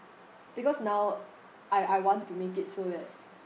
because now I I want to make it so that